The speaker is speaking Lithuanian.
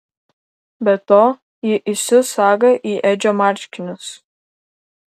be to ji įsius sagą į edžio marškinius